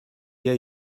wir